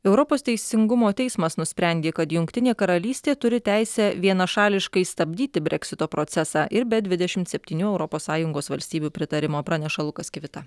europos teisingumo teismas nusprendė kad jungtinė karalystė turi teisę vienašališkai stabdyti breksito procesą ir be dvidešimt septynių europos sąjungos valstybių pritarimo praneša lukas kvita